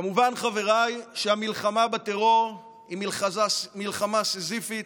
כמובן, חבריי, המלחמה בטרור היא מלחמה סיזיפית,